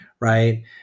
right